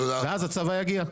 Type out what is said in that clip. ואז הצבא יגיע.